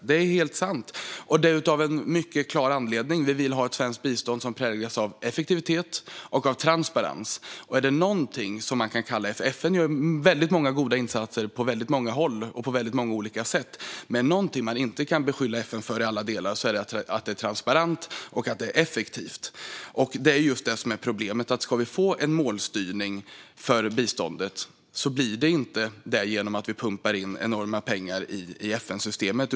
Det är helt sant, och det finns en mycket klar anledning till detta: Vi vill ha ett svenskt bistånd som präglas av effektivitet och av transparens. FN gör väldigt många goda insatser på många håll och på många olika sätt, men om det är någonting som man inte kan beskylla FN för i alla delar är det att vara transparent och effektivt. Det är just detta som är problemet. Vi får inte en målstyrning för biståndet genom att vi pumpar in enorma pengar i FN-systemet.